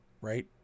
right